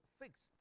fixed